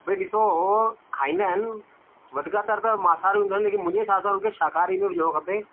भई ॾिसो खाईंदा आहिनि वधिक तर त मांसाहारी हूंदा आहिनि लेकिन मुंहिंजे हिसाब सां उन्हनि खे शाकाहारी बि हुजिणो खपे